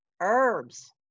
herbs